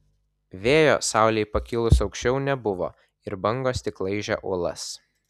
vėjo saulei pakilus aukščiau nebuvo ir bangos tik laižė uolas